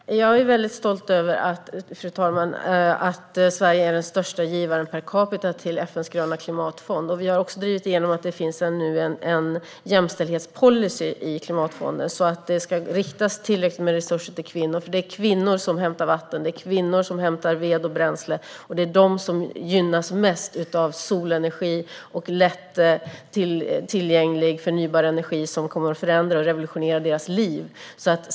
Fru talman! Jag är väldigt stolt över att Sverige är den största givaren per capita till FN:s gröna klimatfond. Vi har också drivit igenom att det nu finns en jämställdhetspolicy i klimatfonden så att det ska riktas tillräckligt med resurser till kvinnor. Det är kvinnor som hämtar vatten, det är kvinnor som hämtar ved och bränsle, och det är de som gynnas mest av solenergi och lättillgänglig förnybar energi som kommer att förändra och revolutionera deras liv.